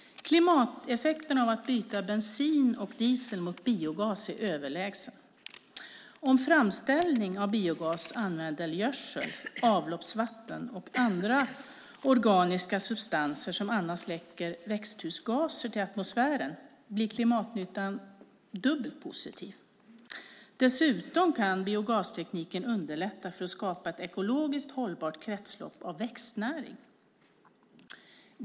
Klimateffekten av att byta bensin och diesel mot biogas är överlägsen. Om framställning av biogas använder gödsel, avloppsvatten och andra organiska substanser som annars läcker växthusgaser till atmosfären blir klimatnyttan dubbelt positiv. Dessutom kan biogastekniken underlätta för att skapa ett ekologiskt hållbart kretslopp av växtnäring.